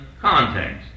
context